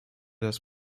das